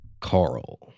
Carl